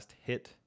hit